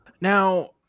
Now